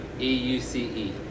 E-U-C-E